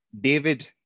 David